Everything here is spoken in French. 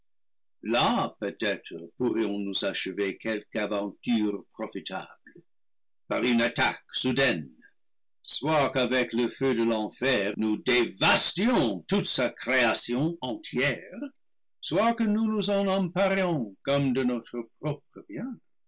là peut-être pourrions-nous achever quelque aventure profitable par une attaque soudaine soit qu'avec le feu de l'enfer nous dévastions toute sa création entière soit que nous nous en emparions comme de notre propre bien